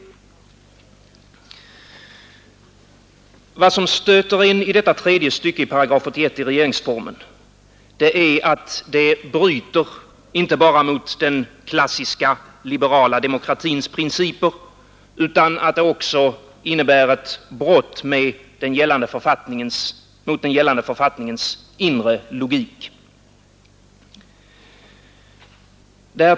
Vad som stöter i detta tredje stycke i 81 § regeringsformen är att det Konstitutionell d bryter inte bara mot den klassiska liberala demokratins principer utan prövning av Sveriockså mot den gällande författningens inre logik.